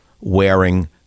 wearing